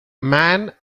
man